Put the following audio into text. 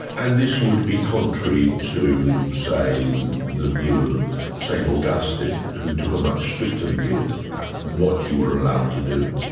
and this would be contrary to say the view of st augustine who took a much stricter view of what you were allowed to do.